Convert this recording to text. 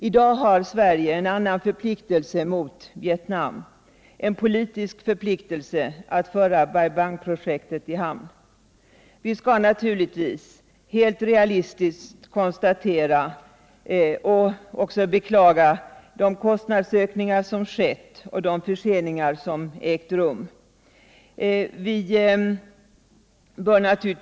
I dag har Sverige en annan förpliktelse mot Vietnam, en politisk förpliktelse att föra Bai Bang-projektet i hamn. Vi skall naturligtvis helt realistiskt konstatera och också beklaga de kostnadsökningar som skett och de förseningar som ägt rum.